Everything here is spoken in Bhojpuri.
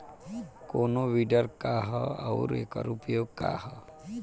कोनो विडर का ह अउर एकर उपयोग का ह?